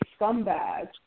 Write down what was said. scumbag